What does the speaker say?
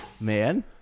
man